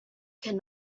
can